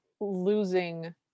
losing